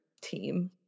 team